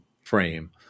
frame